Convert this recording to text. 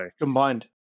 Combined